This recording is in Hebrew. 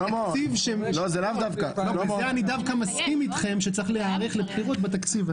בזה אני דווקא מסכים אתכם שצריך להיערך לבחירות בתקציב.